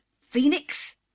Phoenix